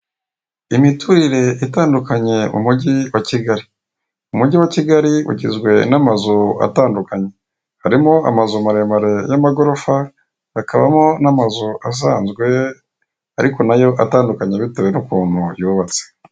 Imiturire itandukanye mu Mujyi wa Kigali. Umujyi wa Kigali ugizwe n'amazu atandukanye: harimo amazu maremare y'amagorofa, amazu asanzwe, ariko na yo atandukanye bitewe n'ukuntu yubatse.